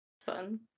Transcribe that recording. Fun